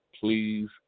Please